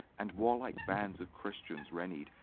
and warlike bands of christians renied,